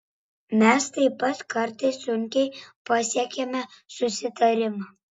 mes taip pat kartais sunkiai pasiekiame susitarimą